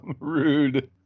Rude